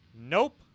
Nope